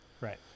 Right